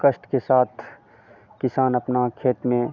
कष्ट के साथ किसान अपने खेत में